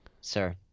sir